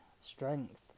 strength